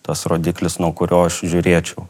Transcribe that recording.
tas rodiklis nuo kurio aš žiūrėčiau